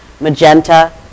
magenta